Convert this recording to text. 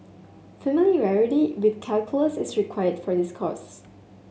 familiarity with calculus is required for this course